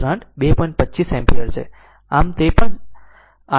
25 ampere છે